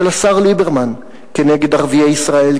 של השר ליברמן כנגד ערביי ישראל,